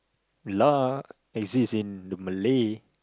lah exist in the Malay